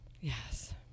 yes